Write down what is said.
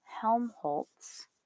Helmholtz